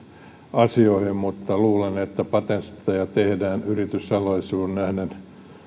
asioihin mutta luulen että patentteja tehdään yrityssalaisuuksiin nähden